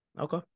Okay